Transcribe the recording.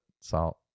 salt